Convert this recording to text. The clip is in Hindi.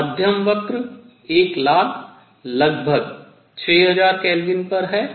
मध्यम वक्र एक लाल लगभग 6000 K पर है